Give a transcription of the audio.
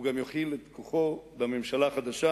והוא גם יוכיח את כוחו בממשלה החדשה,